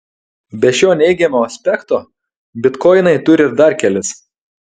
be šio neigiamo aspekto bitkoinai turi ir dar kelis